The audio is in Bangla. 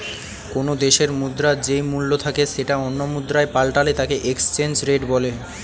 কোনো দেশের মুদ্রার যেই মূল্য থাকে সেটা অন্য মুদ্রায় পাল্টালে তাকে এক্সচেঞ্জ রেট বলে